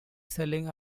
selling